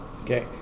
Okay